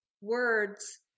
words